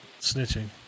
snitching